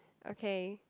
okay